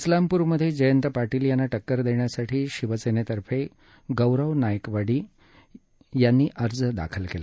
उलामपूर मधे जयंत पाटील यांना टक्कर देण्यासाठी शिवसेनेतर्फे गौरव नायकवडी यांनी अर्ज दाखल केला